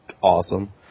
awesome